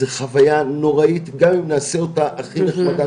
זה חוויה נוראית גם אם נעשה אותה הכי נחמדה